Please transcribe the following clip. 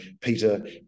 Peter